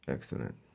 Excellent